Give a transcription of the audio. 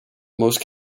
most